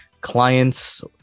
clients